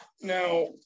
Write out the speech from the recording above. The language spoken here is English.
now